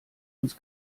uns